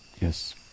Yes